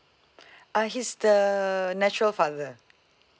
uh he's the natural father